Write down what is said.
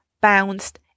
bounced